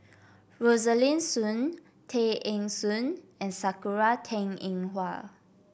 Rosaline Soon Tay Eng Soon and Sakura Teng Ying Hua